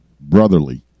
brotherly